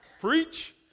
Preach